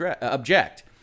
object